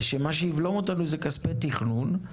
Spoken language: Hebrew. ומה שיבלום אותנו זה כספי תכנון.